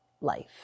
life